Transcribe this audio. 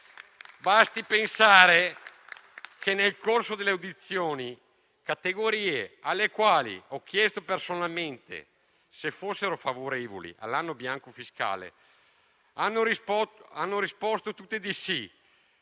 Basti pensare che, nel corso delle audizioni, le categorie alle quali ho chiesto personalmente se fossero favorevoli all'anno bianco fiscale hanno risposto tutte di sì.